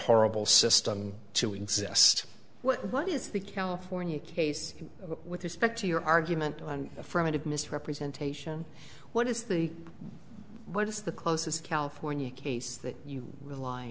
horrible system to exist what is the california case with respect to your argument on affirmative misrepresentation what is the what is the closest california case that you rely